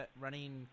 running